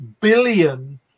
billion